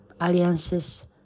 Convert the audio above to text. alliances